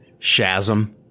Shazam